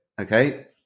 Okay